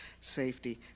safety